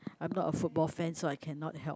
I'm not a football fan so I cannot help